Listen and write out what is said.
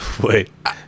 Wait